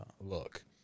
look